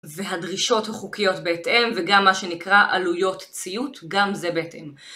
והדרישות החוקיות בהתאם וגם מה שנקרא עלויות ציות, גם זה בהתאם.